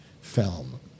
film